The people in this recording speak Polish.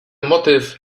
motyw